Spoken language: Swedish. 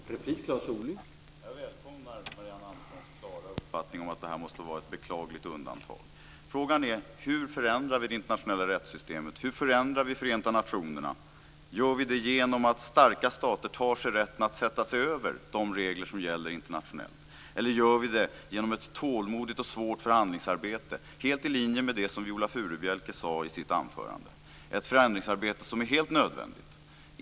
Herr talman! Jag välkomnar Marianne Anderssons klara uppfattning att det här måste vara ett beklagligt undantag. Frågan är: Hur förändrar vi det internationella rättssystemet? Hur förändrar vi Förenta nationerna? Gör vi det genom att starka stater tar sig rätten att sätta sig över de regler som gäller internationellt? Eller gör vi det genom ett tålmodigt och svårt förhandlingsarbete helt i linje med det som Viola Furubjelke sade i sitt anförande? Ett förändringsarbete är helt nödvändigt.